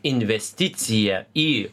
investicija į